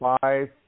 five